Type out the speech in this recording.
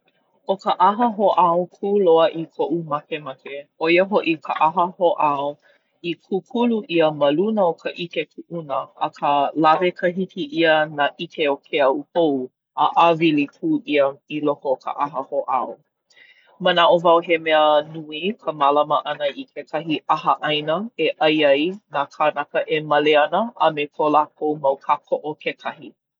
ʻO ka ʻaha hoʻāo kū loa i koʻu makemake ʻo ia hoʻi ka ʻaha hoʻāo i kūkulu ʻia ma luna o ka ʻike kuʻuna akā lawe kahiki ʻia nā ʻike o ke au hou a ʻāwili pū ʻia i loko o ka ʻaha hoʻāo. Manaʻo wau he mea nui ka mālama ʻana i kekahi ʻaha ʻaina e ʻai ai nā kānaka e male ana a me ko lākou mau kākoʻo kekahi.